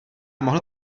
mohl